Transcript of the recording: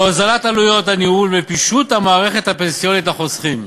להוזלת עלויות הניהול ולפישוט המערכת הפנסיונית לחוסכים.